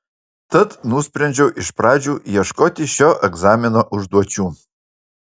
tad nusprendžiau iš pradžių ieškoti šio egzamino užduočių